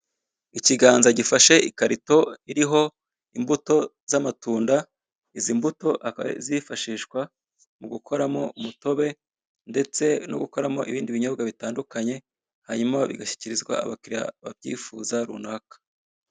Ikiganza gifashe ikarito iriho imbuto z'amatunda. Izi mbuto akaba ari izifashishwa mu gukoramo umutobe ndetse no gukoramo ibindi binyobwa bitandukanye, hanyuma bigashyikirizwa abakiriya babyifuza runaka.